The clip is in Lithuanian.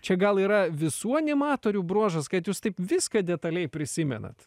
čia gal yra visų animatorių bruožas kad jūs taip viską detaliai prisimenat